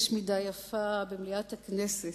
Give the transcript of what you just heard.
יש מידה יפה במליאת הכנסת,